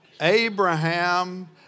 Abraham